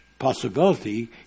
possibility